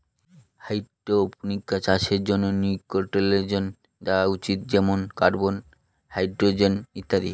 hydroponics চাষের জন্য nutrients দেওয়া উচিত যেমন কার্বন, হাইড্রজেন ইত্যাদি